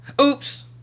Oops